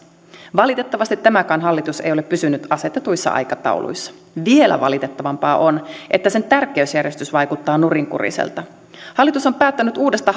valitettavasti tämäkään hallitus ei ole pysynyt asetetuissa aikatauluissa vielä valitettavampaa on että sen tärkeysjärjestys vaikuttaa nurinkuriselta hallitus on päättänyt uudesta